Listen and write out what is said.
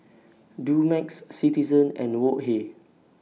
Dumex Citizen and Wok Hey